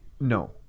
No